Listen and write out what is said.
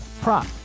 prop